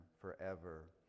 forever